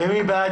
מי בעד?